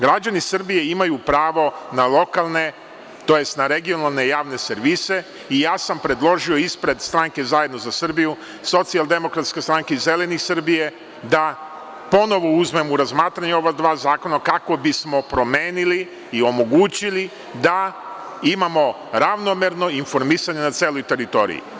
Građani Srbije imaju pravo na lokalne, tj. na regionalne javne servise i ja sam predložio ispred stranke Zajedno za Srbiju, SDS i Zeleni Srbije, da ponovo uzmem u razmatranje ova dva zakona kako bismo promenili i omogućili da imamo ravnomerno informisanje na celoj teritoriji.